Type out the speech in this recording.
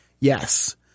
Yes